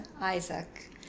Isaac